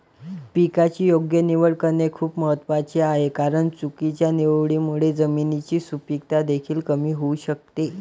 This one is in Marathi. पिकाची योग्य निवड करणे खूप महत्वाचे आहे कारण चुकीच्या निवडीमुळे जमिनीची सुपीकता देखील कमी होऊ शकते